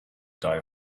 die